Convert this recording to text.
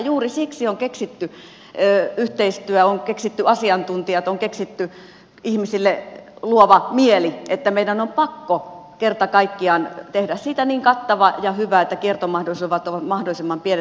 juuri siksi on keksitty yhteistyö on keksitty asiantuntijat on keksitty ihmisille luova mieli että meidän on pakko kerta kaikkiaan tehdä siitä niin kattava ja hyvä että kiertomahdollisuudet ovat mahdollisimman pienet